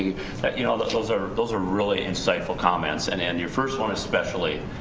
you but you know those are those are really insightful comments and and your first one especially.